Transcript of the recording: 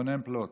רונן פלוט.